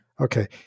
okay